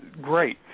great